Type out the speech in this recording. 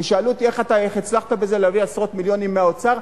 ושאלו אותי: איך הצלחת להביא עשרות מיליונים מהאוצר?